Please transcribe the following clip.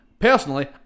personally